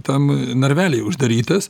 tam narvelyje uždarytas